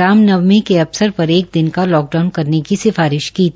रामनवमी के अवसर पर एक दिन का लॉकडाउन करने की सिफारिश की थी